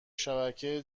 شبکه